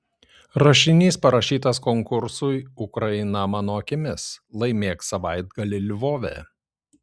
rašinys parašytas konkursui ukraina mano akimis laimėk savaitgalį lvove